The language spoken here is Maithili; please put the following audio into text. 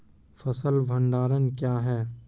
फसल भंडारण क्या हैं?